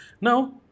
now